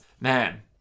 man